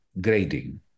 grading